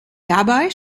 dabei